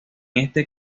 este